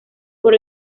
por